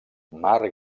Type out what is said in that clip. mar